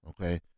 Okay